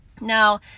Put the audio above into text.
Now